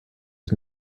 was